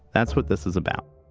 that's what this is about